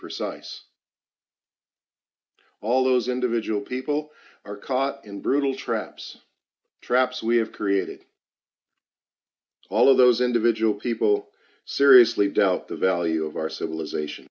precise all those individual people are caught in brutal traps traps we have created all of those individual people seriously doubt the value of our civilization